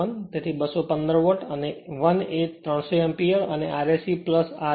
તેથી 215 વોલ્ટ અને 1 એ 300 એમ્પીયર અને Rse ra છે